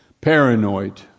paranoid